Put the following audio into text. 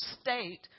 state